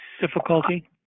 difficulty